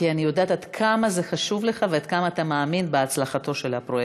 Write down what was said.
כי אני יודעת עד כמה זה חשוב לך ועד כמה אתה מאמין בהצלחתו של הפרויקט.